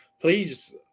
Please